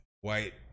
white